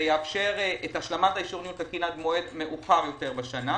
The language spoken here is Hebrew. שיאפשר את השלמת אישור ניהול תקין עד מועד מאוחר יותר בשנה.